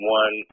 one